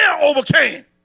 overcame